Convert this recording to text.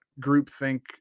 groupthink